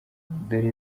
dore